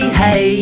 hey